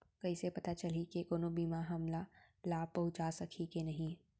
कइसे पता चलही के कोनो बीमा हमला लाभ पहूँचा सकही के नही